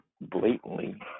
blatantly